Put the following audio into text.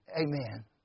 Amen